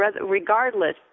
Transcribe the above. regardless